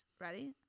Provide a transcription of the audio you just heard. ready